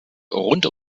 rund